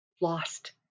lost